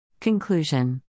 Conclusion